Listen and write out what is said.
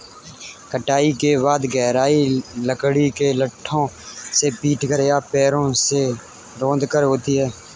कटाई के बाद गहराई लकड़ी के लट्ठों से पीटकर या पैरों से रौंदकर होती है